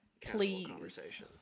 please